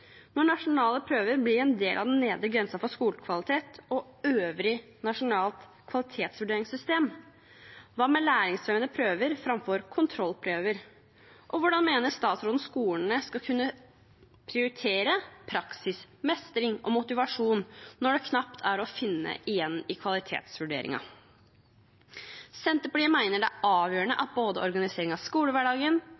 når nasjonale prøver blir en del av den nedre grensen for skolekvalitet og øvrig nasjonalt kvalitetsvurderingssystem? Hva med læringsfremmende prøver framfor kontrollprøver? Og hvordan mener statsråden skolene skal kunne prioritere praksis, mestring og motivasjon når dette knapt er å finne igjen i kvalitetsvurderingen? Senterpartiet mener det er avgjørende